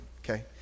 Okay